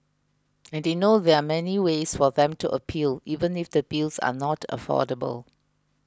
and they know there are many ways for them to appeal even if the bills are not affordable